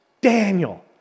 Daniel